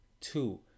Two